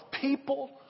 people